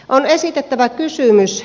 on esitettävä kysymys